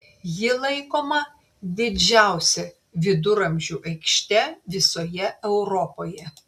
ji laikoma didžiausia viduramžių aikšte visoje europoje